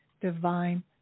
divine